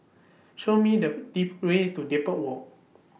Show Me The Way to Depot Walk